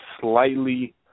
slightly